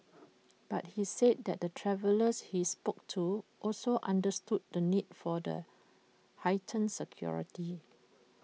but he said that the travellers he spoke to also understood the need for the heightened security